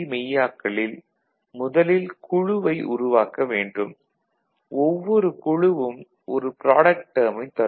மெய்யாக்கலில் முதலில் குழுவை உருவாக்க வேண்டும் ஒவ்வொரு குழுவும் ஒரு ப்ராடக்ட் டேர்மைத் தரும்